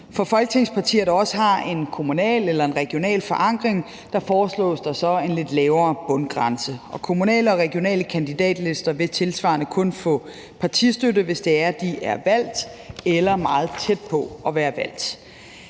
For folketingspartier, der også har en kommunal eller en regional forankring, foreslås der så en lidt lavere bundgrænse, og kommunale og regionale kandidatlister vil tilsvarende kun få partistøtte, hvis de er valgt eller har været meget tæt på at blive valgt.